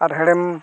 ᱟᱨ ᱦᱮᱬᱮᱢ